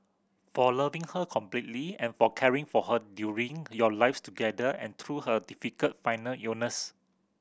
for loving her completely and for caring for her during your lives together and through her difficult final illness